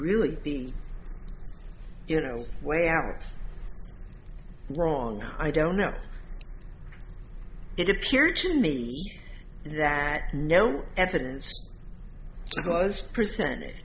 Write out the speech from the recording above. really be you know way out wrong i don't know it appeared to me that no evidence was presented